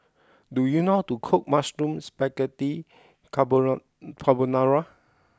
do you know how to cook Mushroom Spaghetti Carbonara